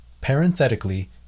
Parenthetically